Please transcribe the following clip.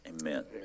Amen